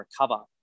recover